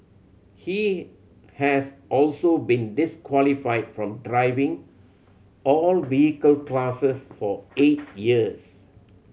he has also been disqualified from driving all vehicle classes for eight years